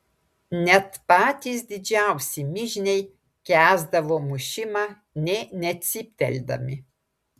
net patys didžiausi mižniai kęsdavo mušimą nė necypteldami